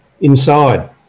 inside